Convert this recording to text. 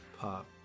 Pop